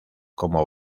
como